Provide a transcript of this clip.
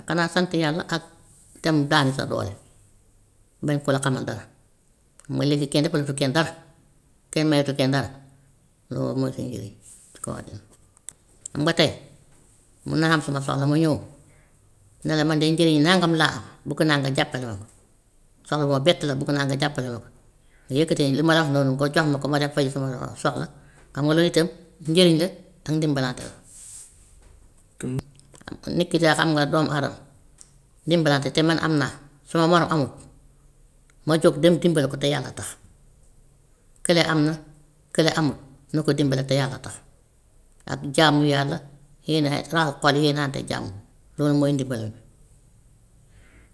Xanaa sant yàlla ak dem daani sa doole bañ ku la xamal dara, xam nga léegi kenn defalatul kenn dara, kenn mayatul kenn dara, loolu mooy sa njëriñ si kaw àddina. xam nga tey mun naa am suma soxla mu ñëw nga ne la man de njëriñ nangam laa am bugg naa nga jàppale ma ko, soxla bu ma bett la bugg naa nga jàppale ma ko, yëkkati li ma la wax noonu nga jox ma ko ma dem faji suma soxla, xam nga loolu itam njëriñ la ak ndimbalante la. Waaw nit ki kay xam nga doomi adama ndimbalante te man am naa, sama morom amul, ma jóg dem dimbali ko te yàlla tax, kële am na, kële amul na ko dimbale te yàlla tax, ak jaamu yàlla, yéene raxas xol yi, yéenante jàmm, boobu mooy ndimbal li.